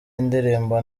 indirimbo